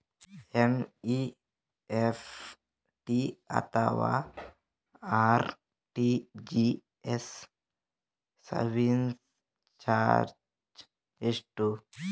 NEFT ಅಥವಾ RTGS service charge ಎಷ್ಟು?